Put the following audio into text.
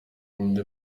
indi